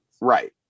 Right